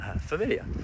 familiar